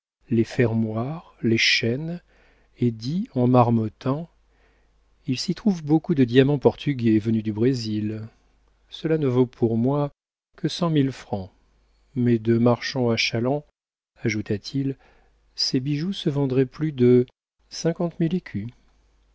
les fermoirs les chaînes et dit en marmottant il s'y trouve beaucoup de diamants portugais venus du brésil cela ne vaut pour moi que cent mille francs mais de marchand à chaland ajouta-t-il ces bijoux se vendraient plus de